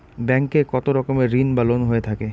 Bank এ কত রকমের ঋণ বা লোন হয়ে থাকে?